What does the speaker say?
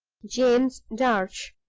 james darch.